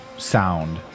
sound